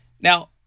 Now